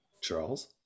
Charles